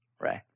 right